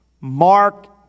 Mark